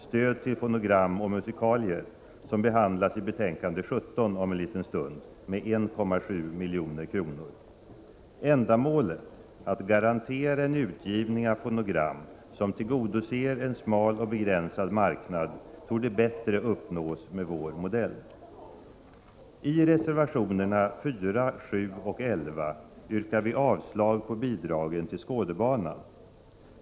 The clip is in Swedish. Stöd till fonogram och musikalier, som behandlas i betänkandet 17 om en liten stund, med 1,7 milj.kr. Ändamålet, att garantera en utgivning av fonogram som tillgodoser en smal och begränsad marknad, torde bättre uppnås med vår modell. I reservationerna 4, 7 och 11 yrkar vi avslag på bidragen till Skådebanan.